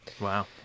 Wow